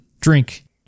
drink